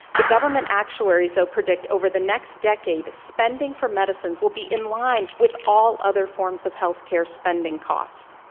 the government actuaries, though, predict over the next decade, spending for medicines will be in line with all other forms of healthcare spending costs.